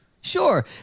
Sure